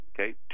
okay